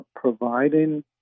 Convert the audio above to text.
providing